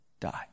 Die